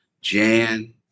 Jan